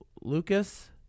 Lucas